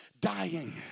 dying